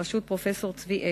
בראשות פרופסור צבי אקשטיין,